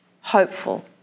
hopeful